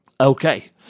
okay